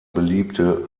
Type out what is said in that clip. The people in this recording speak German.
beliebte